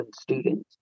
students